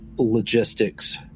logistics